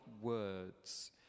words